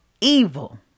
evil